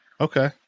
Okay